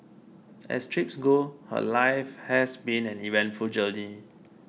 as trips go her life has been an eventful journey